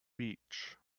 beach